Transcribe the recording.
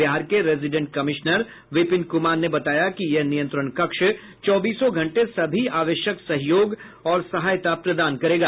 बिहार के resident commissioner Vipin Kumar ने बताया है कि यह नियंत्रण कक्ष चौबीसों घंटे सभी आवश्यक सहयोग और सहायता प्रदान करेगा